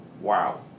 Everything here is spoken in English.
Wow